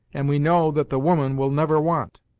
and we know that the woman will never want.